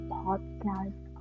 podcast